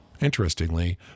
Interestingly